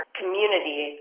community